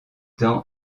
tend